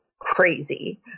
crazy